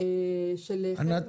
של חלק מהרכיבים.